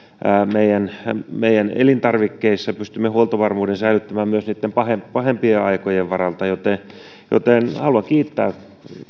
meidän meidän elintarvikkeissa pystymme huoltovarmuuden säilyttämään myös niitten pahempien aikojen varalta joten joten haluan kiittää